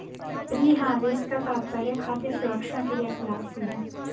pre harvest का तात्पर्य खाद्य सुरक्षा क्रियाकलाप से है